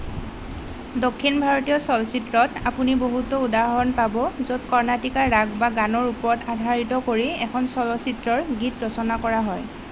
দক্ষিণ ভাৰতীয় চলচ্চিত্ৰত আপুনি বহুতো উদাহৰণ পাব য'ত কৰ্ণাটিক ৰাগ বা গানৰ ওপৰত আধাৰিত কৰি এখন চলচ্চিত্ৰৰ গীত ৰচনা কৰা হয়